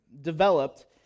developed